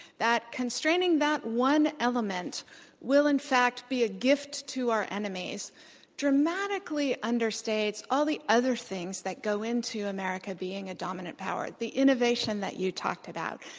that constraining that one element will in fact be a gift to our enemies dramatically understates all the other things that go into america being a dominant power, the innovation that you talked about,